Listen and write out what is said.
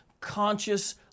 conscious